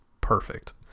perfect